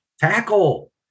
tackle